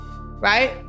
right